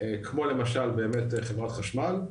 כמו למשל באמת חברת החשמל,